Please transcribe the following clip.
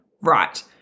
right